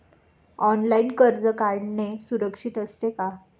Online कर्ज काढणे सुरक्षित असते का?